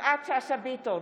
יפעת שאשא ביטון,